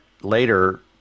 later